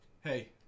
Hey